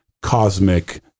cosmic